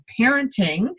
Parenting